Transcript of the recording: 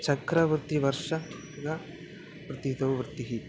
चक्रवर्तिः वर्षग वृत्तितो वृत्तिः